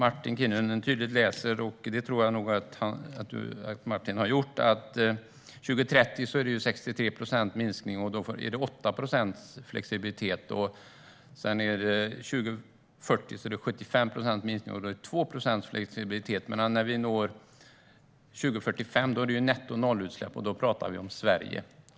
År 2030 är målet 63 procents minskning, och då är det 8 procents flexibilitet. År 2040 är det 75 procents minskning, och då är det 2 procents flexibilitet. Men när vi når 2045 är målet netto-noll-utsläpp, och då pratar vi om Sverige.